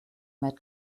met